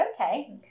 Okay